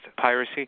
piracy